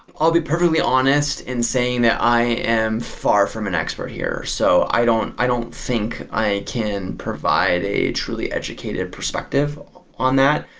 i'll be perfectly honest in saying that i am far from an expert here. so, i don't i don't think i can provide a truly educated perspective on that.